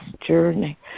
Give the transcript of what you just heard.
journey